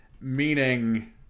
meaning